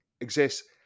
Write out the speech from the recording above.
exists